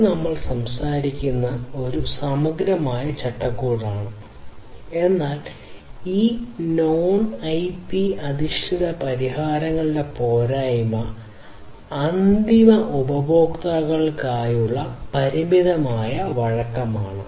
ഇത് നമ്മൾ സംസാരിക്കുന്നത് സമഗ്രമായ ചട്ടക്കൂടാണ് എന്നാൽ ഈ നോൺ ഐപി അധിഷ്ഠിത പരിഹാരങ്ങളുടെ പോരായ്മ അന്തിമ ഉപയോക്താക്കൾക്കുള്ള പരിമിതമായ വഴക്കമാണ്